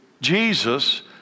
Jesus